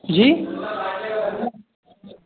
جی